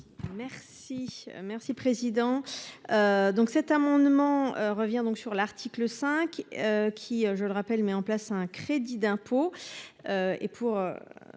Merci merci président. Donc cet amendement revient donc sur l'article 5. Qui je le rappelle, met en place un crédit d'impôt. Et pour.